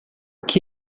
que